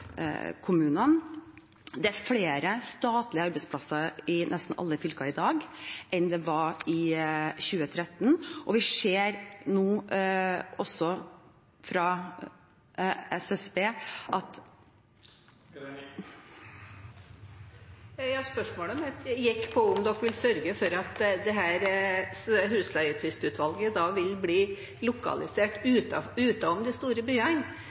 Det er flere statlige arbeidsplasser i nesten alle fylker i dag enn det var i 2013, og vi ser nå også fra SSB at Spørsmålet mitt gikk på om dere vil sørge for at dette Husleietvistutvalget vil bli lokalisert utenom de store byene.